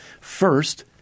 First